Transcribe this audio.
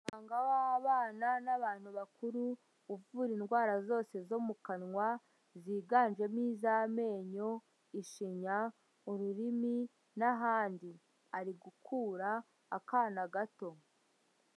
Umuganga w'abana n'abantu bakuru, uvura indwara zose zo mu kanwa ziganjemo iz'amenyo, ishinya ururimi n'ahandi, ari gukura akana gato.